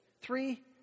three